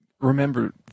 remember